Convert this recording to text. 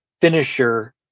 finisher